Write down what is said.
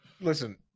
Listen